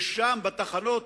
ושם בתחנות,